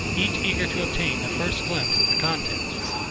each eager to obtain the first glimpse of the contents.